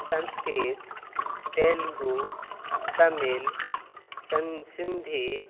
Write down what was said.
Sanskrit Telugu Tamil Sindhi